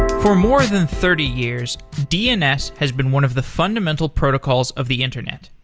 for more than thirty years, dns has been one of the fundamental protocols of the internet.